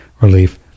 relief